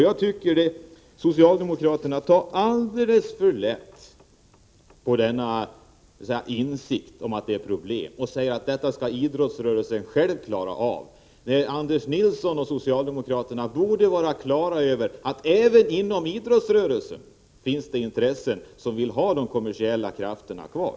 Jag tycker att socialdemokraterna tar alldeles för lätt på denna insikt om att det finns problem när de säger att dem skall idrottsrörelsen själv klara av. Anders Nilsson och socialdemokraterna borde vara klara över att det även inom idrottsrörelsen finns intressen som vill ha de kommersiella krafterna kvar.